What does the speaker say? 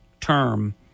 term